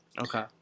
Okay